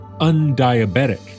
undiabetic